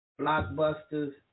Blockbusters